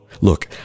Look